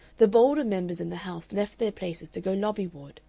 the bolder members in the house left their places to go lobbyward,